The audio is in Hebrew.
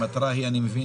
אני מבין